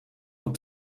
van